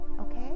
okay